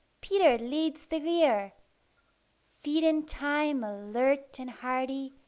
peter leads the rear feet in time, alert and hearty,